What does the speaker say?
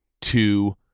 two